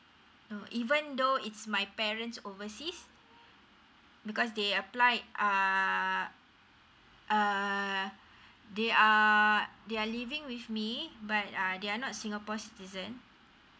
uh even though it's my parents overseas because they apply uh uh they are they are living with me but uh they're not singapore citizen